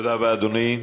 תודה רבה, אדוני.